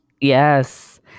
Yes